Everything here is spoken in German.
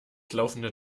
laufende